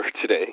today